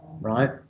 right